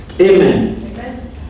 Amen